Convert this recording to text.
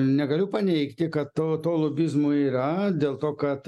negaliu paneigti kad to to lobizmo yra dėl to kad